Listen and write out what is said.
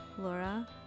Laura